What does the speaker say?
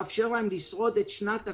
משפחות מרובות ילדים לא צריכות לשלם מחיר